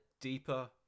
deeper